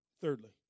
thirdly